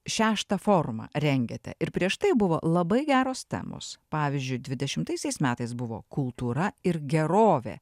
šeštą forumą rengiate ir prieš tai buvo labai geros temos pavyzdžiui dvidešimtaisiais metais buvo kultūra ir gerovė